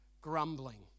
grumbling